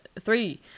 three